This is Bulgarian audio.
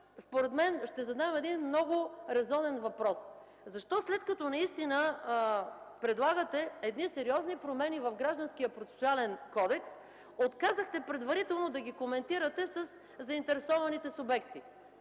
тези дела. Ще задам един много резонен според мен въпрос: защо след като предлагате едни сериозни промени в Гражданския процесуален кодекс, отказахте предварително да ги коментирате със заинтересованите субекти?